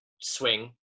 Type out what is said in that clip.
swing